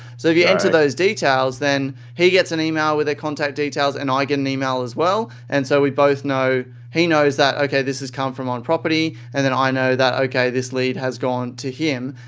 so if you enter those details, then he gets an email with their contact details and i get an email as well, and so we both know. he knows that, okay, this has come from onproperty and then i know that, okay, this lead has gone to him.